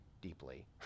deeply